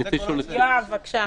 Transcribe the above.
יואב, בבקשה.